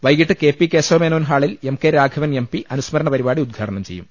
വൈകീട്ട് K P Kesava Menon ഹാളിൽ M K Raghavan M P അനുസ്മരണ പരിപാടി ഉദ്ഘാടനം ചെയ്യും